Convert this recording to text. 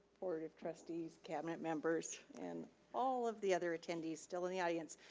board of trustees, cabinet members and all of the other attendees still in the audience.